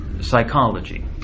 psychology